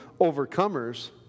overcomers